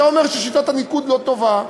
אתה אומר ששיטת הניקוד לא טובה,